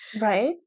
Right